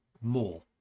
more